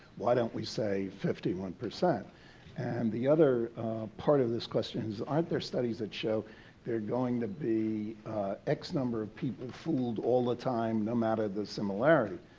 why don't we say fifty one? and the other part of this question is, aren't there studies that show there are going to be x number of people fooled all the time no matter the similarity?